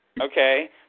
okay